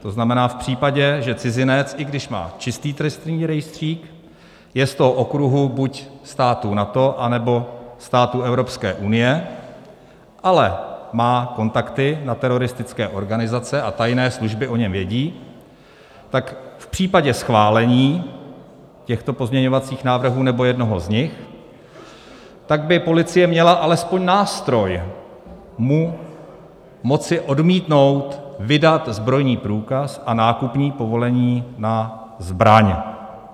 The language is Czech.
To znamená, že v případě, že cizinec, i když má čistý trestní rejstřík, je z toho okruhu buď států NATO, anebo států Evropské unie, ale má kontakty na teroristické organizace a tajné služby o něm vědí, tak v případě schválení těchto pozměňovacích návrhů nebo jednoho z nich by policie měla alespoň nástroj moci odmítnout mu vydat zbrojní průkaz a vydat nákupní povolení na zbraň.